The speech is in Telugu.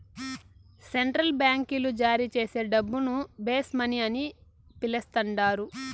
సెంట్రల్ బాంకీలు జారీచేసే డబ్బును బేస్ మనీ అని పిలస్తండారు